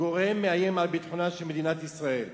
גורם מאיים על ביטחונה של מדינת ישראל.